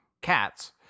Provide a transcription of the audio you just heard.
cats